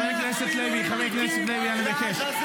אתה מבייש את הבית הזה.